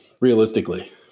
Realistically